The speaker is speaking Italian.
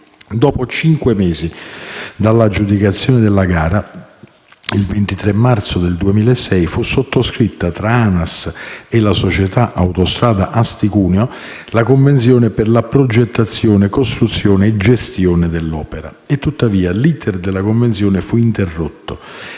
Dopo cinque mesi dall'aggiudicazione della gara, il 23 marzo 2006 fu sottoscritta tra l'ANAS e la società Autostrada Asti-Cuneo la convenzione per la progettazione, costruzione e gestione dell'opera. Tuttavia, l'*iter* della convenzione fu interrotto